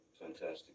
Fantastic